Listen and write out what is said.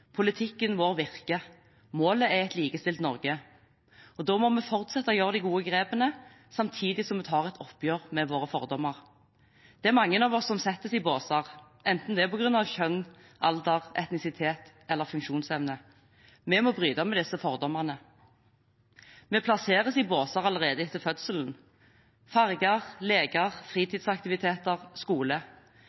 Politikken vår virker. Målet er et likestilt Norge. Da må vi fortsette å gjøre de gode grepene, samtidig som vi tar et oppgjør med våre fordommer. Det er mange av oss som settes i båser, enten det er på grunn av kjønn, alder, etnisitet eller funksjonsevne. Vi må bryte med disse fordommene. Vi plasseres i båser allerede etter fødselen – farger, leker, fritidsaktiviteter, skole.